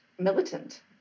militant